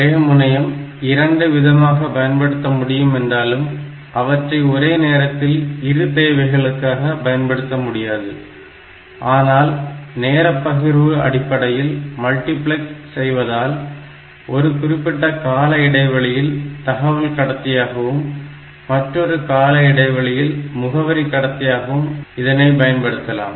ஒரே முனையம் இரண்டு விதமாக பயன்படுத்த முடியும் என்றாலும் அவற்றை ஒரே நேரத்தில் இரு தேவைகளுக்காக பயன்படுத்த முடியாது ஆனால் நேரப் பகிர்வு அடிப்படையில் மல்டிபிளக்ஸ் செய்வதால் ஒரு குறிப்பிட்ட கால இடைவெளியில் தகவல் கடத்தியாகவும் மற்றொரு கால இடைவெளியில் முகவரி கடத்தியாகவும் இதனை பயன்படுத்தலாம்